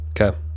Okay